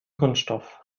kunststoff